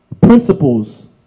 principles